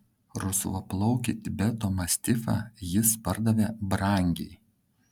rusvaplaukį tibeto mastifą jis pardavė brangiai